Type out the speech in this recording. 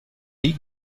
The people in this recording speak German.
nie